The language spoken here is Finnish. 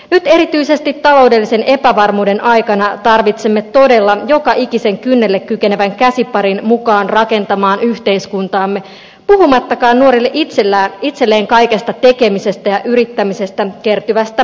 nyt erityisesti taloudellisen epävarmuuden aikana tarvitsemme todella joka ikisen kynnelle kykenevän käsiparin mukaan rakentamaan yhteiskuntaamme puhumattakaan nuorille itselleen kaikesta tekemisestä ja yrittämisestä kertyvästä kullanarvoisesta kokemuksesta